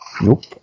Nope